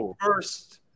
first